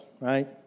right